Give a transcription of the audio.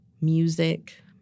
Music